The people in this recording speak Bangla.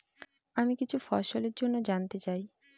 আমি কিছু ফসল জন্য জানতে চাই